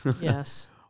Yes